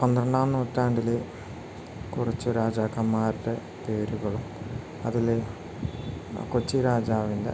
പന്ത്രണ്ടാം നൂറ്റാണ്ടിലെ കുറച്ചു രാജാക്കന്മാരുടെ പേരുകളും അതിൽ കൊച്ചിരാജാവിൻ്റെ